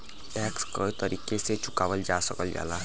tax कई तरीके से चुकावल जा सकल जाला